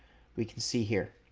we can see here,